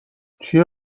چیه